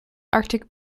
arctic